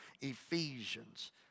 Ephesians